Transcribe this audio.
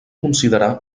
considerar